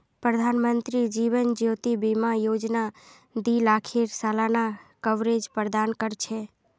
प्रधानमंत्री जीवन ज्योति बीमा योजना दी लाखेर सालाना कवरेज प्रदान कर छे